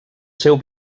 seu